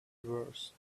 reversed